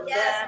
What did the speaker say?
Yes